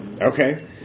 Okay